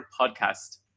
podcast